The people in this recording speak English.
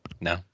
No